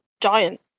giant